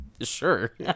Sure